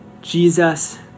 Jesus